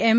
એમ